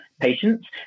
patients